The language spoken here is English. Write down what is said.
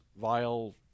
vile